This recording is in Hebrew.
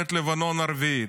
למלחמת לבנון הרביעית.